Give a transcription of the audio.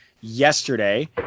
yesterday